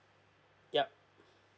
yup